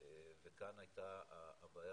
הבעיה,